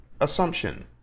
assumption